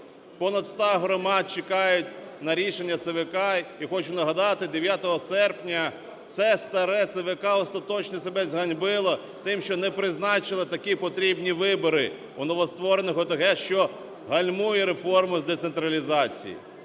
Понад 100 громад чекають на рішення ЦВК. І, хочу нагадати: 9 серпня це старе ЦВК остаточно себе зганьбило тим, що не призначило такі потрібні вибори у новоствореного ОТГ, що гальмує реформу з децентралізації.